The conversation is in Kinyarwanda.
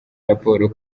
raporo